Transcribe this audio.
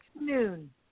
noon